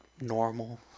normal